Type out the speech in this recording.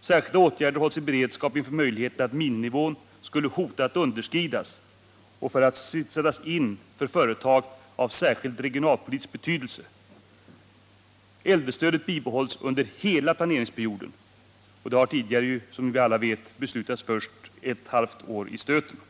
Särskilda åtgärder hålls i beredskap inför möjligheten att miniminivån skulle hota att underskridas och för att sättas in för företag av särskild regionalpolitisk betydelse. Äldrestödet bibehålls under hela planeringsperioden, och det har tidigare, som vi alla vet, beslutats först ett halvt år åt gången.